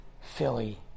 Philly